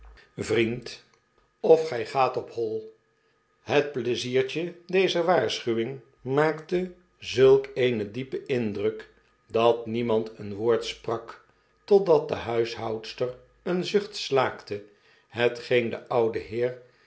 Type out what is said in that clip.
vriend of gij gaat op hoi het pleiziertje dezer waarschuwing maakte zulk eenen diepen indruk dat niemand een woord sprak totdat de huishoudster een zucht slaakte hetgeen den ouden heer